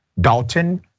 Dalton